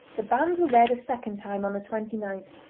the banns were read a second time on the twenty ninth,